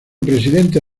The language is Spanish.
presidente